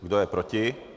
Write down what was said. Kdo je proti?